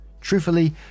Truthfully